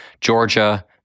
Georgia